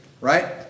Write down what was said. right